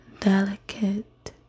Delicate